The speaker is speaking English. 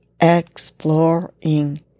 exploring